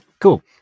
Cool